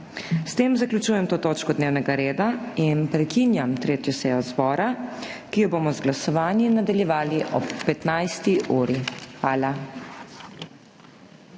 S tem zaključujem to točko dnevnega reda. Prekinjam 3. sejo zbora, ki jo bomo z glasovanji nadaljevali ob 15. uri. Hvala.